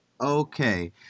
okay